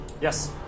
Yes